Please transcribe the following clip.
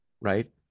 right